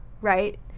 right